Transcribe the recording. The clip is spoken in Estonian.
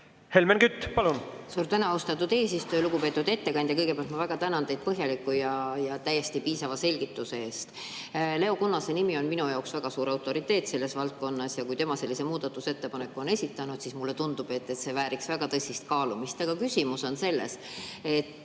Helmen Kütt, palun! Suur tänu, austatud eesistuja! Lugupeetud ettekandja! Kõigepealt ma väga tänan teid põhjaliku ja täiesti piisava selgituse eest. Leo Kunnase nimi on minu jaoks väga suur autoriteet selles valdkonnas ja kui tema sellise muudatusettepaneku on esitanud, siis mulle tundub, et see vääriks väga tõsist kaalumist. Aga küsimus on selles,